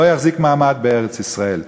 לא יחזיק מעמד בארץ-ישראל.